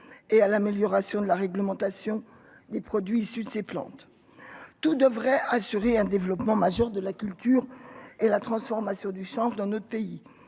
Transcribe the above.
et à l'amélioration de la réglementation des produits issus de ces plantes, tout devrait assurer un développement majeur de la culture et la transformation du chanvre dans notre pays,